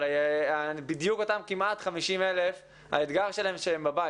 אבל כמעט אותם 50,000, האתגר שלהם שהם בבית.